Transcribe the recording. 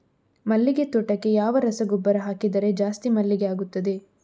ಮಲ್ಲಿಗೆ ತೋಟಕ್ಕೆ ಯಾವ ರಸಗೊಬ್ಬರ ಹಾಕಿದರೆ ಜಾಸ್ತಿ ಮಲ್ಲಿಗೆ ಆಗುತ್ತದೆ?